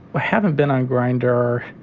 i haven't been on grinder